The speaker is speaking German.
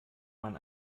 man